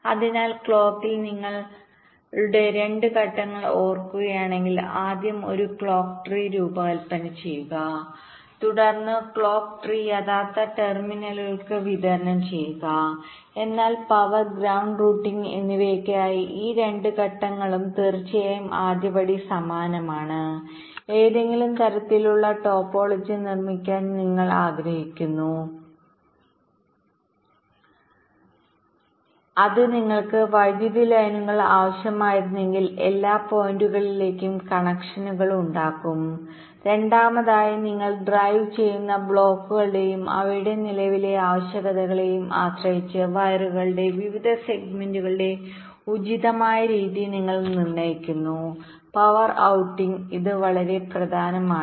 അതിനാൽ ക്ലോക്കിൽ നിങ്ങൾ നിങ്ങളുടെ രണ്ട് ഘട്ടങ്ങൾ ഓർക്കുകയാണെങ്കിൽ ആദ്യം ഒരു ക്ലോക്ക് ട്രീരൂപകൽപ്പന ചെയ്യുക തുടർന്ന് ക്ലോക്ക് ട്രീ യഥാർത്ഥ ടെർമിനലുകളിലേക്ക് വിതരണം ചെയ്യുക എന്നാൽ പവർ ഗ്രൌണ്ട് റൂട്ടിംഗ് എന്നിവയ്ക്കായി ഈ രണ്ട് ഘട്ടങ്ങളും തീർച്ചയായും ആദ്യപടി സമാനമാണ് ഏതെങ്കിലും തരത്തിലുള്ള ടോപ്പോളജി നിർമ്മിക്കാൻ നിങ്ങൾ ശ്രമിക്കുന്നു അത് നിങ്ങൾക്ക് വൈദ്യുതി ലൈനുകൾ ആവശ്യമായിരുന്നെങ്കിൽ എല്ലാ പോയിന്റുകളിലേക്കും കണക്ഷനുകൾ ഉണ്ടാക്കും രണ്ടാമതായി നിങ്ങൾ ഡ്രൈവ് ചെയ്യുന്ന ബ്ലോക്കുകളെയും അവയുടെ നിലവിലെ ആവശ്യകതകളെയും ആശ്രയിച്ച് വയറുകളുടെ വിവിധ സെഗ്മെന്റുകളുടെ ഉചിതമായ വീതി നിങ്ങൾ നിർണ്ണയിക്കുന്നു പവർ ഔട്ടിങ് ഇത് വളരെ പ്രധാനമാണ്